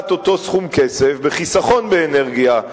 השקעת אותו סכום כסף בחיסכון באנרגיה,